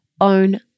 own